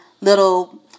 little